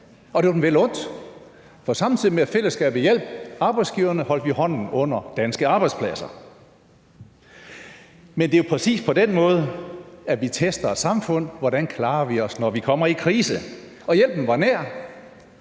Og det var dem vel undt, for samtidig med at fællesskabet hjalp arbejdsgiverne, holdt vi hånden under danske arbejdspladser. Det er jo præcis på den måde, at vi tester et samfund: Hvordan klarer vi os, når vi kommer i krise? Og hjælpen var nær,